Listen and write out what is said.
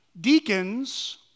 Deacons